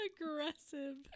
aggressive